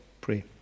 pray